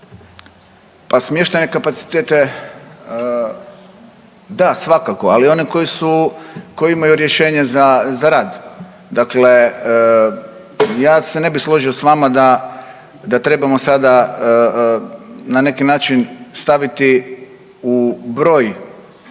Pa smještajne kapacitete da svakako, ali one koji su, koji imaju rješenje za rad. Dakle, ja se ne bi složio s vama da trebamo sada na neki način staviti u broj